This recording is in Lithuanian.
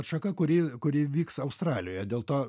atšaka kuri kuri vyks australijoje dėl to